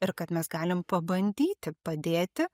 ir kad mes galim pabandyti padėti